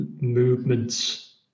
movements